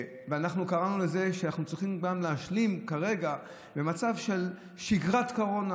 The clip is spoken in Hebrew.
ואנחנו קראנו לזה שאנחנו צריכים גם להשלים כרגע עם מצב של שגרת קורונה,